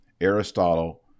Aristotle